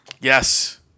Yes